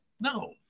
no